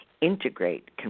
integrate